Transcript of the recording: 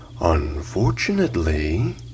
Unfortunately